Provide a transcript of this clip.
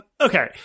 Okay